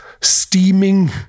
steaming